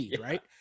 right